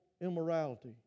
immorality